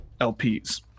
LPs